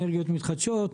אנרגיות מתחדשות,